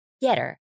Getter